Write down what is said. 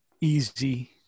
easy